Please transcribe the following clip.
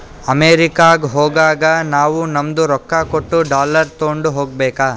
ಅಮೆರಿಕಾಗ್ ಹೋಗಾಗ ನಾವೂ ನಮ್ದು ರೊಕ್ಕಾ ಕೊಟ್ಟು ಡಾಲರ್ ತೊಂಡೆ ಹೋಗ್ಬೇಕ